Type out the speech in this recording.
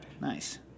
Nice